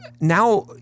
Now